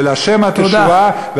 ולה' התשועה,